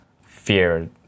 fear